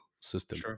system